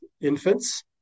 infants